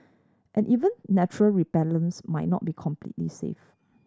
but even natural repellents might not be completely safe